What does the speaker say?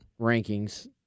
rankings